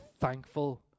thankful